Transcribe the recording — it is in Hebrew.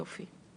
יופי.